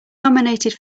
nominated